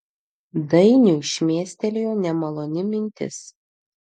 dainiui šmėstelėjo nemaloni mintis